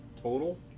Total